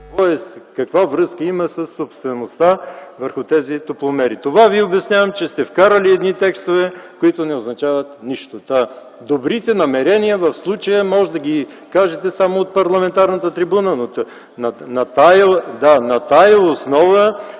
каква връзка има със собствеността върху тези топломери? Обяснявам Ви, че сте вкарали текстове, които не означават нищо. Добрите намерения в случая може да ги кажете само от парламентарната трибуна, но на тази основа